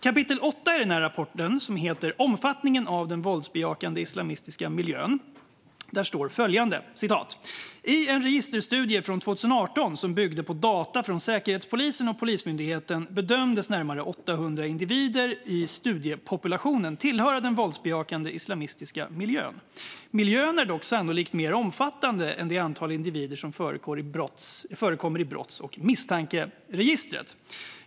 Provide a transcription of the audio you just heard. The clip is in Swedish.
Kapitel 8 i rapporten heter "Omfattningen av den våldsbejakande islamistiska miljön", och där står följande: "I en registerstudie från 2018, som bygger på data från Säkerhetspolisen och Polismyndigheten, bedömdes närmare 800 individer i studiepopulationen tillhöra den våldsbejakande islamistiska miljön. Miljön är dock sannolikt mer omfattande än det antal individer som förekommer i brotts och misstankeregistret."